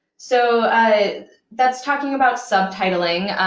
so that's talking about subtitling.